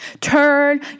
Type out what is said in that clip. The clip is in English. turn